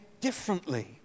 differently